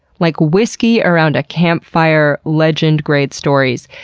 like whiskey around a campfire legend-grade stories,